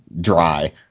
dry